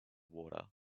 water